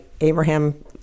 Abraham